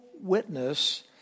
witness